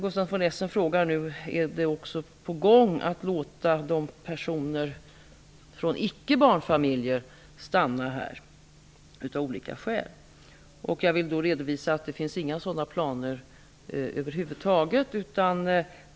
Gustaf von Essen frågar nu om det är på gång att låta personer som inte ingår i barnfamiljer stanna här av olika skäl. Jag vill då redovisa att det över huvud taget inte finns några sådana planer.